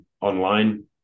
online